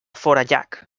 forallac